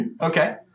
Okay